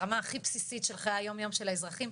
ברמה הכי בסיסית של חיי היומיום של האזרחים,